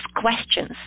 questions